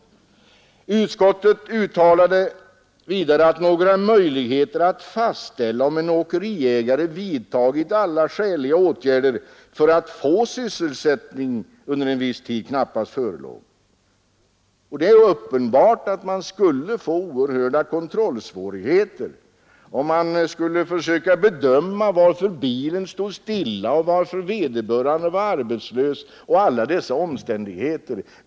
Bevillningsutskottet uttalade vidare att några möjligheter att fastställa om en åkeriägare vidtagit alla skäliga åtgärder för att få sysselsättning under en viss tid knappast förelåg. Det är ju uppenbart att man skulle få oerhörda kontrollsvårigheter, om man skulle försöka bedöma varför bilen stod stilla, varför vederbörande var arbetslös och andra sådana omständigheter.